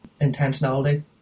intentionality